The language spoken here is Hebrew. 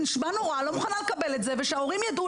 אני לא מוכנה לקבל את זה וצריך שההורים ידעו